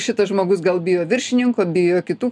šitas žmogus gal bijo viršininko bijo kitų